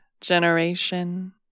generation